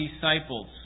disciples